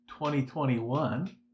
2021